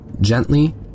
gently